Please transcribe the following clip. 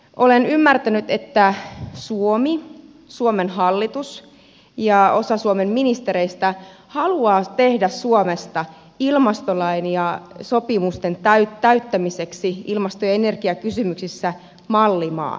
olen ymmärtänyt että suomi suomen hallitus ja osa suomen ministereistä haluaa tehdä suomesta ilmastolain ja sopimusten täyttämiseksi ilmasto ja energiakysymyksissä mallimaan